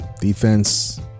defense